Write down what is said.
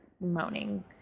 moaning